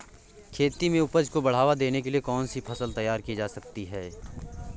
खेती में उपज को बढ़ावा देने के लिए कौन सी फसल तैयार की जा सकती है?